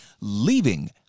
leaving